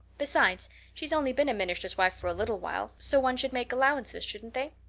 besides, she's only been a minister's wife for a little while, so one should make allowances, shouldn't they?